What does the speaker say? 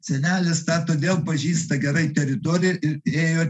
senelis tą todėl pažįsta gerai teritoriją ir ėjo